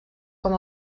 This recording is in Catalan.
com